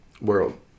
world